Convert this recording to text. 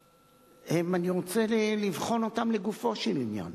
אני רוצה לבחון אותן לגופו של עניין